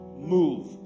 move